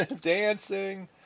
Dancing